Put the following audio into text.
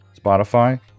Spotify